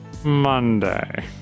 Monday